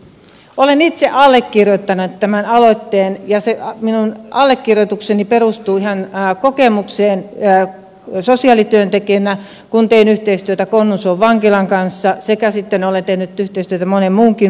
olen itse allekirjoittanut tämän aloitteen ja se minun allekirjoitukseni perustuu ihan kokemukseen sosiaalityöntekijänä kun tein yhteistyötä konnunsuon vankilan kanssa sekä olen tehnyt yhteistyötä monen muunkin vankilan kanssa